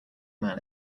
man